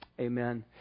Amen